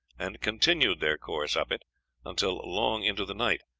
and continued their course up it until long into the night,